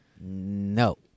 No